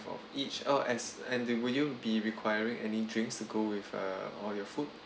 of each oh and and will you be requiring any drinks to go with uh all your food